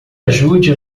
ajude